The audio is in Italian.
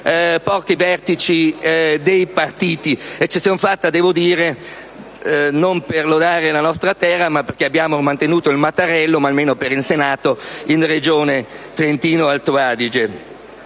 pochi vertici dei partiti, eccezion fatta (lo devo dire non per lodare la nostra terra, ma perché abbiamo mantenuto il Mattarellum,, almeno per il Senato) per la Regione Trentino-Alto Adige.